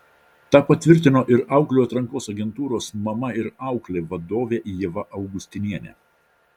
tą patvirtino ir auklių atrankos agentūros mama ir auklė vadovė ieva augustinienė